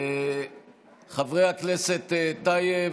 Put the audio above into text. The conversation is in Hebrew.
חברי הכנסת טייב,